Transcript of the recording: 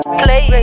play